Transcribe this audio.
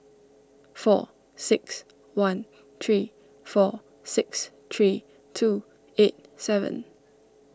four six one three four six three two eight seven